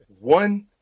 one